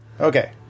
Okay